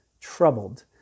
troubled